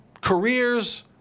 careers